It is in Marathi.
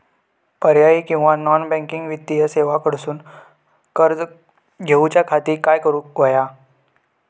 पर्यायी किंवा नॉन बँकिंग वित्तीय सेवा कडसून कर्ज घेऊच्या खाती काय करुक होया?